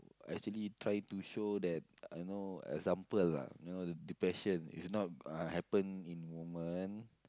actually try to show that you know example lah you know depression is not happen in woman